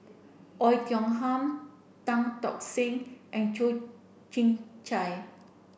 Oei Tiong Ham Tan Tock Seng and Toh Chin Chye